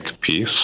peace